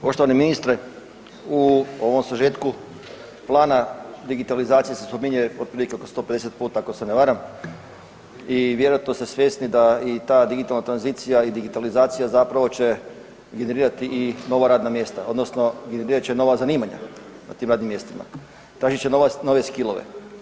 Poštovani ministre, u ovom sažetku plana digitalizacije se spominje otprilike oko 150 ... ako se ne varam i vjerojatno ste svjesni da i ta digitalna tranzicija i digitalizacija zapravo će generirati i nova radna mjesta odnosno generirat će nova zanimanja na tim radnim mjestima, tražit će nove „skillove“